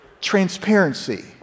Transparency